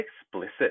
explicit